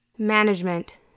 Management